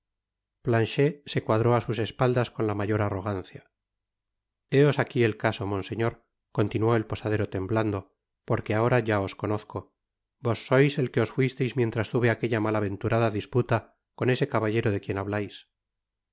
planchet se cuadró á sus espaldas con la mayor arrogancia iffléos aquí el caso monseñor continuó el posadero temblando porque ahora ya os conozco vos sois el que os fuisteis mientras tuve aquella malaventurada disputa con ese caballero de quien hablais el